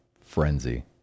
frenzy